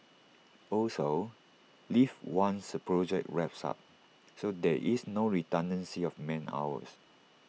also leave once A project wraps up so there is no redundancy of man hours